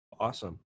Awesome